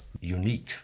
unique